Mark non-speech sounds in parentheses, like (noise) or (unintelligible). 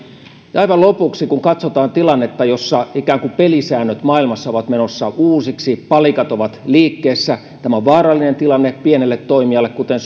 aivan lopuksi kun katsotaan tilannetta jossa ikään kuin pelisäännöt maailmassa ovat menossa uusiksi ja palikat ovat liikkeessä tämä on vaarallinen tilanne pienelle toimijalle kuten (unintelligible)